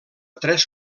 tres